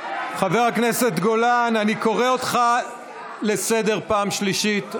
חבר הכנסת גולן, אני קורא אותך לסדר פעם שלישית.